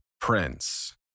Prince